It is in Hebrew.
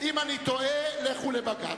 אם אני טועה, לכו לבג"ץ.